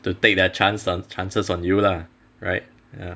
to take their chance their chances on you lah right